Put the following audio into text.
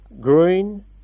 Green